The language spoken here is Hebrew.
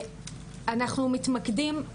אנחנו מתמקדים,